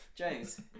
James